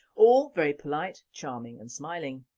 all very polite, charming and smiling.